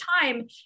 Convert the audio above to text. time